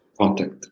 contact